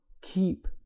keep